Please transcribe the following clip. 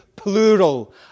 plural